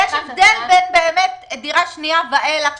יש הבדל בין דירה שנייה ואילך,